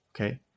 Okay